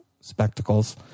spectacles